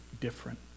different